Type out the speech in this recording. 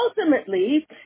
ultimately